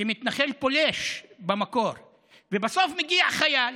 כמתנחל פולש, במקור ובסוף מגיע חייל